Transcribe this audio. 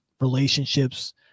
relationships